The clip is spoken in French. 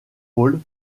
pôle